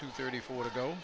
two thirty four to go